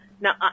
now